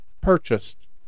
purchased